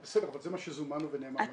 בסדר, אבל זה מה שזומנו ונאמר לנו.